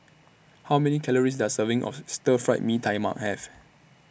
How Many Calories Does Serving of Stir Fried Mee Tai Mak Have